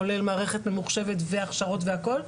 כולל מערכת ממוחשבת והכשרות והכל.